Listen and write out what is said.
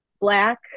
black